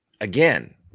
again –